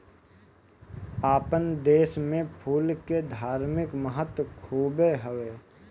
आपन देस में फूल के धार्मिक महत्व खुबे हवे